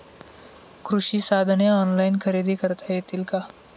कृषी साधने ऑनलाइन खरेदी करता येतील का?